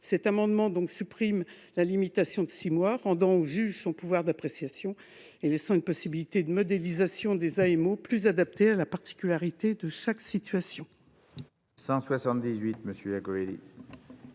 Cet amendement vise donc à supprimer la limitation de six mois en rendant au juge son pouvoir d'appréciation et en lui laissant la possibilité de définir des AEMO plus adaptées à la particularité de chaque situation.